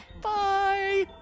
Bye